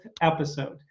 episode